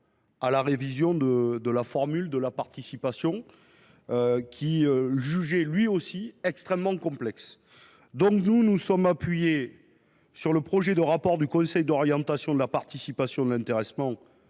à la révision de la formule, qu’il jugeait lui aussi extrêmement complexe. Nous nous sommes appuyés sur le projet de rapport du Conseil d’orientation de la participation, de l’intéressement,